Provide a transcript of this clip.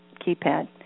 keypad